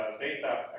data